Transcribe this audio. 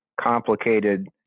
complicated